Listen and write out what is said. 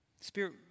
Spirit